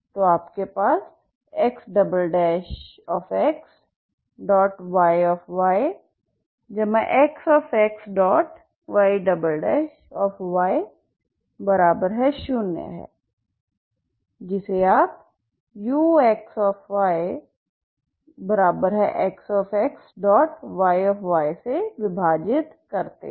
तो आपके पास XxYXxY0 है जिसे आप uxyXxY से विभाजित करते हैं